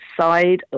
side